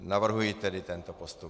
Navrhuji tedy tento postup.